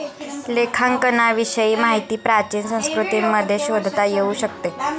लेखांकनाविषयी माहिती प्राचीन संस्कृतींमध्ये शोधता येऊ शकते